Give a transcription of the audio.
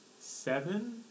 seven